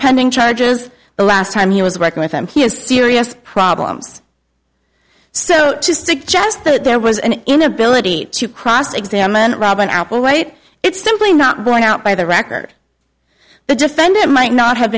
pending charges the last time he was working with him he has serious problems so to suggest that there was an inability to cross examine robin appel right it's simply not going out by the record the defendant might not have